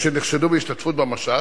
שנחשדו בהשתתפות במשט,